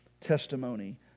testimony